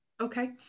Okay